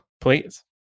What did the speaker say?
Please